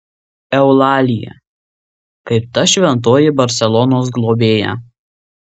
eulalija kaip ta šventoji barselonos globėja